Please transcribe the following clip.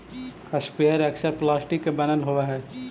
sprayer अक्सर plastic के बनल होवऽ हई